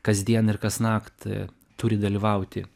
kasdien ir kasnakt turi dalyvauti